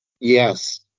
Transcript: Yes